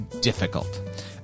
difficult